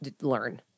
learn